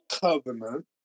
Covenant